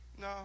No